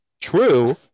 true